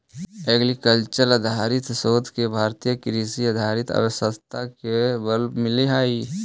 aquacultural आधारित शोध से भारतीय कृषि आधारित अर्थव्यवस्था को बल मिलअ हई